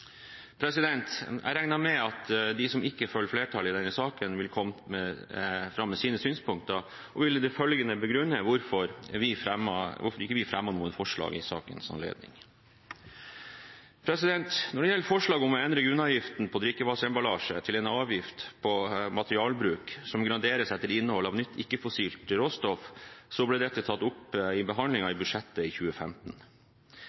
med at de som ikke følger flertallet i denne saken, vil komme fram med sine synspunkter, og jeg vil i det følgende begrunne hvorfor vi ikke fremmer noen forslag i sakens anledning. Når det gjelder forslaget om å endre grunnavgiften på drikkevannsemballasje til en avgift på materialbruk som graderes etter innhold av nytt ikke-fossilt råstoff, ble dette tatt opp i behandlingen av budsjettet i